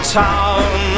town